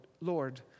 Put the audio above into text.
Lord